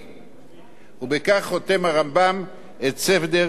ובכך חותם הרמב"ם את סדר זרעים שלו.